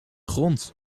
grond